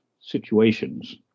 situations